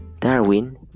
Darwin